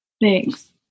Thanks